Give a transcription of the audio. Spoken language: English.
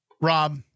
Rob